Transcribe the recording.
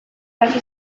hasi